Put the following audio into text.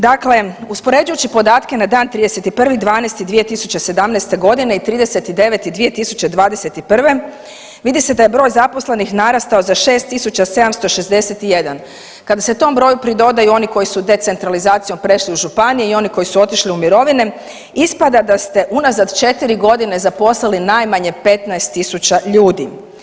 Dakle, uspoređujući podatke na dan 31.12.2017. i 30.9.2021. vidi se da je broj zaposlenih narastao za 6.761, kada se tom broju pridodaju i oni koji su decentralizacijom prešli u županije i oni koji su otišli u mirovine ispada da ste unazad četiri godine zaposlili najmanje 15.000 ljudi.